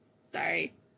Sorry